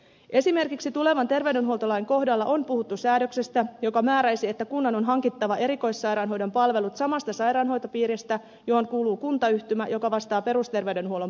esimerkiksi tulevan terveydenhuoltolain kohdalla on puhuttu säädöksestä joka määräisi että kunnan on hankittava erikoissairaanhoidon palvelut samasta sairaanhoitopiiristä johon kuuluu kuntayhtymä joka vastaa perusterveydenhuollon palveluista